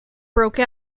broke